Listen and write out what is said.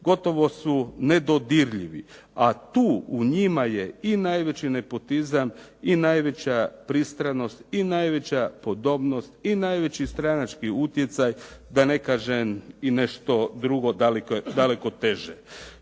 gotovo su nedodirljivi, a tu u njima je i najveći nepotizam i najveća pristranost i najveća podobnost i najveći stranački utjecaj, da ne kažem i nešto drugo daleko teže.